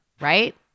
right